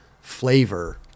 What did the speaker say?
flavor